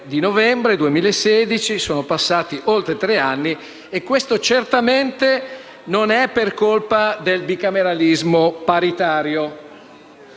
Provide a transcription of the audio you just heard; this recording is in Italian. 3 novembre 2016; sono passati oltre tre anni e questo certamente non è per colpa del bicameralismo paritario.